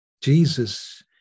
Jesus